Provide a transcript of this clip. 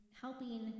helping